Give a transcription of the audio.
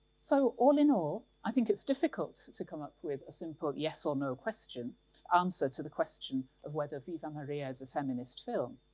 so all in all, i think it's difficult to come up with a simple yes or no answer to the question, of whether viva maria is a feminist film.